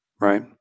Right